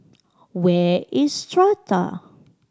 where is Strata